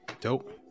Dope